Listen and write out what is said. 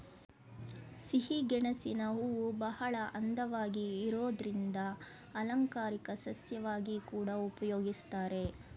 ಸಿಹಿಗೆಣಸಿನ ಹೂವುಬಹಳ ಅಂದವಾಗಿ ಇರೋದ್ರಿಂದ ಅಲಂಕಾರಿಕ ಸಸ್ಯವಾಗಿ ಕೂಡಾ ಉಪಯೋಗಿಸ್ತಾರೆ